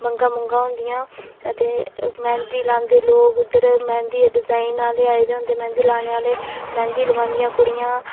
बंगा बुंगा होंदियां अदे मेैहंदी लांदे उद्धर लोक मैहंदी दे डिजाइन लेआए दे होंदे मैहंदी लाने आह्ले मैहंदी लुआंदियां कुड़ियां